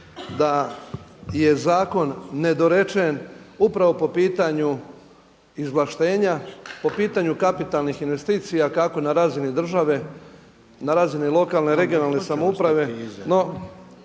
da je zakon nedorečen upravo po pitanju izvlaštenja, po pitanju kapitalnih investicija kako na razini države, na razini lokalne, regionalne samouprave.